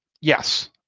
Yes